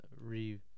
re